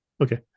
Okay